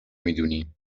میدونیم